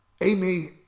Amy